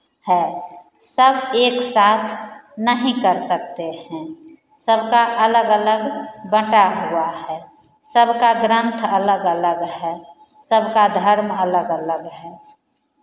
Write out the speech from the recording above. है सब एक साथ नहीं कर सकते हैं सबका अलग अलग बँटा हुआ है सबका ग्रंथ अलग अलग है सबका धर्म अलग अलग है